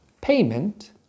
payment